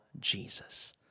Jesus